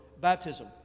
baptism